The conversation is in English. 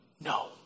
No